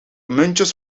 muntjes